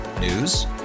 News